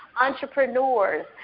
entrepreneurs